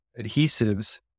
adhesives